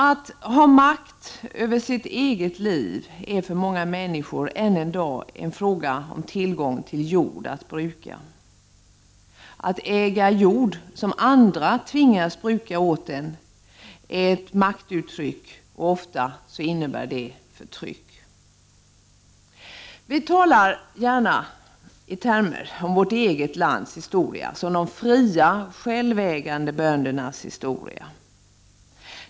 Att ha makt över sitt eget liv är för många människor än i dag en fråga om tillgång till jord att bruka. Att äga jord som andra tvingas bruka åt en är ett uttryck för makt, och ofta innebär det förtryck. Vi talar gärna om vårt eget lands historia som de fria, självägande böndernas historia.